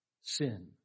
Sin